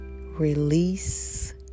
Release